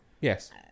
yes